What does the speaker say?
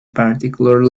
particular